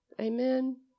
amen